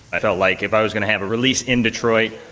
i felt like if i was going to have a release in detroit,